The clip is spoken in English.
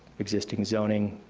is is zoning,